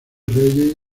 reyes